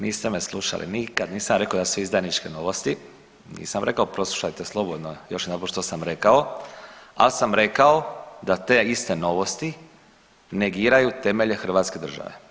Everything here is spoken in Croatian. Niste me slušali, nikad nisam rekao da su izdajničke Novosti, nisam rekao, poslušajte slobodno još jedanput što sam rekao, al sam rekao da te iste Novosti negiraju temelje hrvatske države.